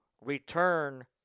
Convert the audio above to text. return